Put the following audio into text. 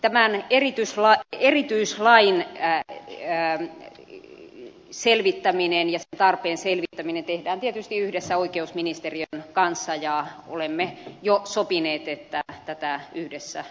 tämän erityislain selvittäminen sen tarpeen selvittäminen tehdään tietysti yhdessä oikeusministeriön kanssa ja olemme jo sopineet että tätä yhdessä ryhdymme selvittämään